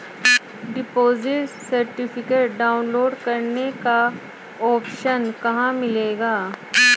Deposit certificate download करने का option कहां मिलेगा?